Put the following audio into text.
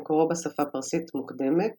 מקורו בשפה פרסית מוקדמת